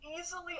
easily